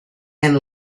and